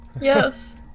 Yes